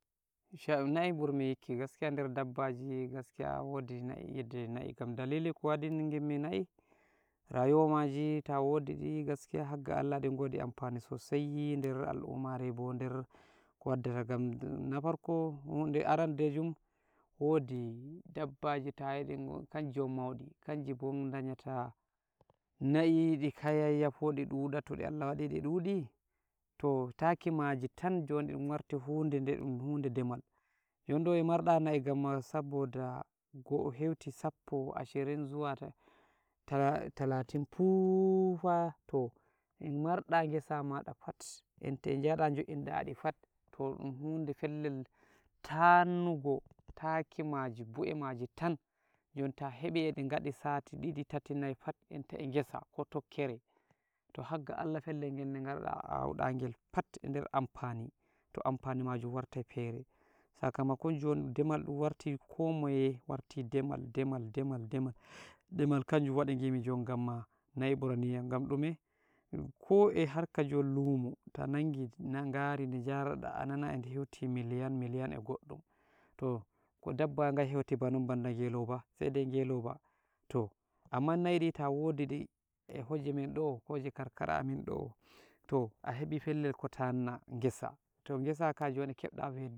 shau na'i burmi yikki gaskiya der dabbaji gaskiya wodi na'i, yidde na'i kam, dalili ko waɗi ngimmi na'i, rayuwa maji ta wadiɗi gaskiya hagga Allah di ngodi amfani sosai der al'ummare bo der ko waddata, gam na farko, huɗe arandejum, wodi dabbaji tayidi dikon, kanji ngon maudi, kanji bo danyata, na'i di kayayyafo di ɗuɗa, to Allah waɗi ɗi ɗuɗi, to taki maji tan, jon de ɗun warti hudede ɗun hude demal, jondo e marda na'i gamma saboda go'o, heuti sabbo, ashirin, zuwa ta-ta-talatin, poofa to e marɗa ngesa maɗa pat, enta e njaɗa njo'inɗaɗi pat, toh ɗun hude pellel tannugo taki maji, bu'e maji tan, jon ta hebi edi ngadisati ɗiɗi, tati, nayi pat enta e ngesa, ko tokkere, toh hagga Allah pellel ngel de ngarta awuɗa ngel pat der ampani, toh ampani majum warati pere, sakamako jon demal ɗum warti, ko moye warti demal, demal, demal, demal, demal, kanjum waɗi ngimi jon gamma na'i ɓuraniyam, gam ɗume, koh e harka jon lumo, ta nangi ngari di njarɗa ananai di miliyan, miliyan e goɗɗum, toh ko dabba ngan heuti banon banda ngeloba, sai dai ngeloba, toh, amman na'i di ta wodi di e hoje mendo hoje karkara amin do, to a hebi pellel ko tanna ngesa, toh ngesa kah joni kebɗa.